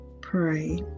pray